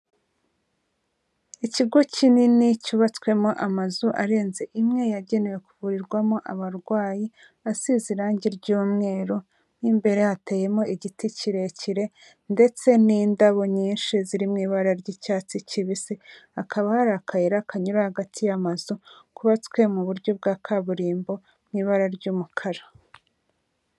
Ikigo kinini cyubatswemo amazu arenze imwe yagenewe kuvurirwamo abarwayi, asize irangi ry'umweru. Mo imbere hateyemo igiti kirekire ndetse n'indabo nyinshi ziri mu ibara ry'icyatsi kibisi. Hakaba hari akayira kanyura hagati y'amazu kubatswe mu buryo bwa kaburimbo mu ibara ry'umukara.